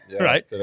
right